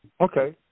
Okay